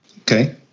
Okay